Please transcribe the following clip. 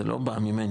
זה לא בא ממני,